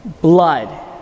Blood